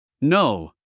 No